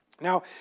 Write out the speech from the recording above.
Now